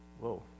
whoa